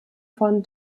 von